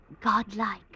godlike